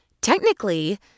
Technically